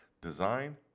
Design